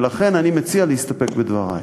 ולכן אני מציע להסתפק בדברי.